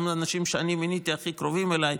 גם האנשים הכי קרובים אליי,